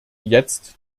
jetzt